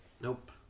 Nope